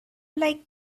like